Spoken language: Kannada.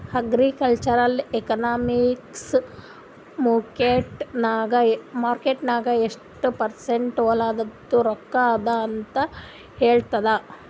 ಅಗ್ರಿಕಲ್ಚರಲ್ ಎಕನಾಮಿಕ್ಸ್ ಮಾರ್ಕೆಟ್ ನಾಗ್ ಎಷ್ಟ ಪರ್ಸೆಂಟ್ ಹೊಲಾದು ರೊಕ್ಕಾ ಅದ ಅಂತ ಹೇಳ್ತದ್